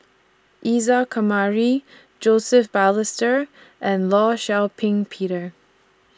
Isa Kamari Joseph Balestier and law Shau Ping Peter